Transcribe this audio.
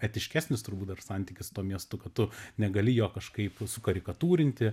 etiškesnis turbūt dar santykis su tuo miestu kad tu negali jo kažkaip sukarikatūrinti